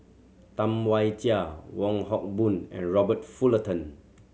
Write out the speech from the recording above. Tam Wai Jia Wong Hock Boon and Robert Fullerton